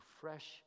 fresh